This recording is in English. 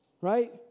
right